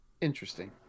Interesting